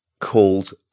called